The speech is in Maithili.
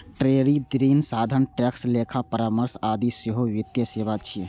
ट्रेजरी, ऋण साधन, टैक्स, लेखा परामर्श आदि सेहो वित्तीय सेवा छियै